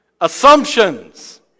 Assumptions